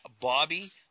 Bobby